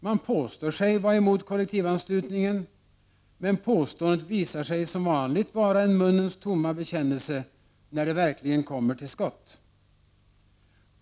Man påstår sig vara emot kollektivanslutningen, men påståendet visar sig som vanligt vara en munnens tomma bekännelse när det verkligen kommer till skott.